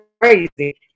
crazy